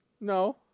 No